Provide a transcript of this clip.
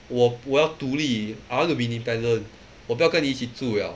我我要独立 I want to be independent 我不要跟你一起住 liao